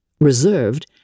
reserved